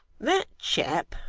that chap,